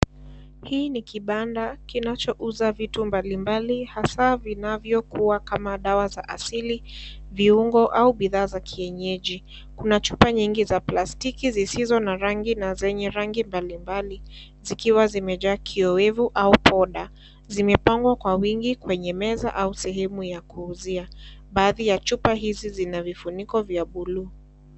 Hii ni kibanda kinachouza vitu mbalimbali hasaa vinavyokuwa kama dawa za asili viungo au bidhaa za kienyeji, kuna chupa nyingi za plastiki zisizo na rangi na zenye rangi mbalimbali zikiwa zimejaa kiowevu au poda, zimepangwa kwa wingi kwenye meza au sehemu ya kuuzia, baadhi ya chupa hizi zina vifuniko vya buluu.